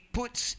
puts